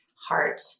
heart